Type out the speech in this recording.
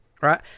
right